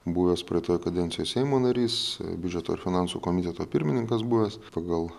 buvęs praeitoj kadencijoj seimo narys biudžeto ir finansų komiteto pirmininkas buvęs pagal